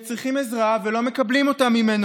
הם צריכים עזרה אבל לא מקבלים אותה מהם.